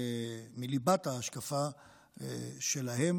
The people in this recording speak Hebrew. מליבת ההשקפה שלהם.